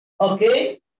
Okay